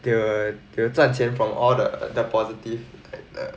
they'll they'll 赚钱 from all the the positive like the